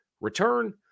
return